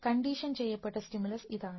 condition ചെയ്യപ്പെട്ട stimulus ഇതാണ്